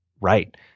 right